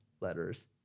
letters